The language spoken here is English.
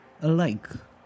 alike